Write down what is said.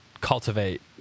cultivate